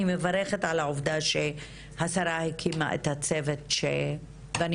אני מברכת על העובדה שהשרה הקימה את הצוות ואני